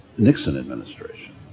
nixon administration.